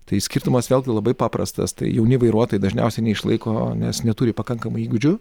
tai skirtumas vėlgi labai paprastas tai jauni vairuotojai dažniausiai neišlaiko nes neturi pakankamai įgūdžių